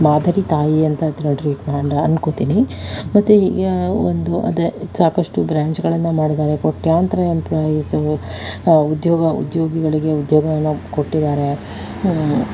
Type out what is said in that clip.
ಮಾದರಿ ತಾಯಿ ಅಂತ ಆ ಥರ ಟ್ರೀಟ್ ಆ್ಯಂಡ್ ಅನ್ಕೋತೀನಿ ಮತ್ತೆ ಇ ಒಂದು ಅದೇ ಸಾಕಷ್ಟು ಬ್ರಾಂಚ್ಗಳನ್ನು ಮಾಡಿದ್ದಾರೆ ಕೋಟ್ಯಂತರ ಎಮ್ಪ್ಲೋಯೀಸ್ ಉದ್ಯೋಗ ಉದ್ಯೋಗಿಗಳಿಗೆ ಉದ್ಯೋಗವನ್ನು ಕೊಟ್ಟಿದ್ದಾರೆ